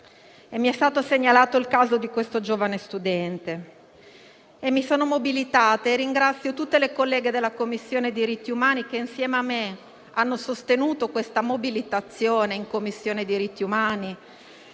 e ci è stato segnalato il caso di questo giovane studente. Mi sono mobilitata e ringrazio tutte le colleghe della Commissione straordinaria per i diritti umani, che insieme a me hanno sostenuto questa mobilitazione in Commissione e che mi